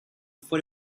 for